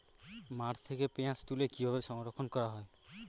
মাঠ থেকে পেঁয়াজ তুলে কিভাবে সংরক্ষণ করা হয়?